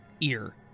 ear